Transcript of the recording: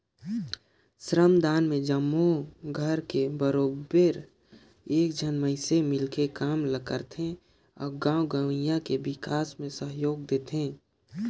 श्रमदान में जम्मो घर ले बरोबेर एक झन मइनसे मिलके काम ल करथे अउ गाँव गंवई कर बिकास में सहयोग देथे